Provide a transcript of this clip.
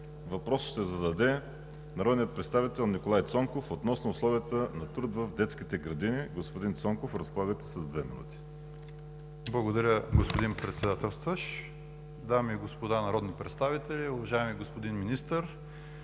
Въпрос ще зададе народният представител Николай Цонков относно условията на труд в детските градини. Господин Цонков, разполагате с две минути. НИКОЛАЙ ЦОНКОВ (БСП за България): Благодаря, господин Председателстващ. Дами и господа народни представители! Уважаеми господин Министър,